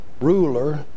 ruler